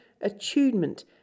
attunement